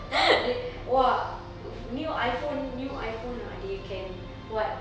ha they !wah! new iphone new iphone ah they can what